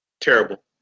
terrible